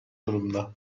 durumda